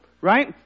Right